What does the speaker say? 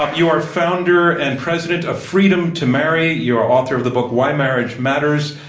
ah you are founder and president of freedom to marry. you are author of the book why marriage matters.